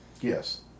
Yes